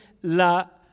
la